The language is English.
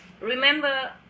Remember